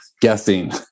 guessing